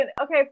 Okay